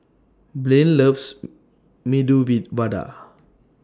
Blaine loves Medu V Vada